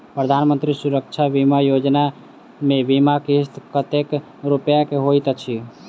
प्रधानमंत्री सुरक्षा बीमा योजना मे बीमा किस्त कतेक रूपया केँ होइत अछि?